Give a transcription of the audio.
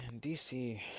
DC